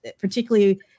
particularly